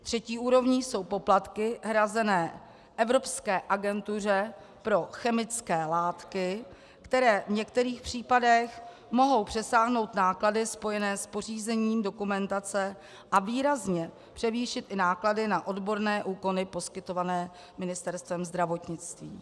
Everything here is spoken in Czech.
Třetí úrovní jsou poplatky hrazené Evropské agentuře pro chemické látky, které v některých případech mohou přesáhnout náklady spojené s pořízením dokumentace a výrazně převýšit i náklady na odborné úkony poskytované Ministerstvem zdravotnictví.